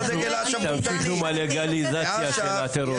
תמשיכו עם הלגליזציה של הטרור.